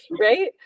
Right